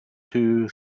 two